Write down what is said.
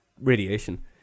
radiation